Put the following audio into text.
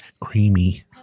creamy